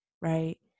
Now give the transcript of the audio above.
right